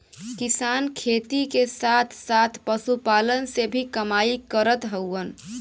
किसान खेती के साथ साथ पशुपालन से भी कमाई करत हउवन